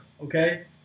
okay